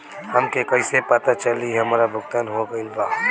हमके कईसे पता चली हमार भुगतान हो गईल बा?